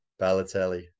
Balotelli